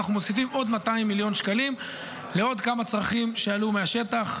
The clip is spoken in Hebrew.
ואנחנו מוסיפים עוד 200 מיליון שקלים לעוד כמה צרכים שעלו מהשטח.